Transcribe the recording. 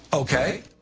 okay